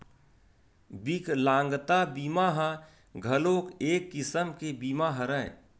बिकलांगता बीमा ह घलोक एक किसम के बीमा हरय